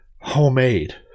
homemade